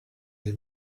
you